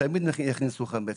תאמין לי שיכניסו חמץ.